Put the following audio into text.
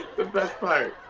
the best part.